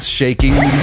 shaking